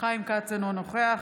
חיים כץ, אינו נוכח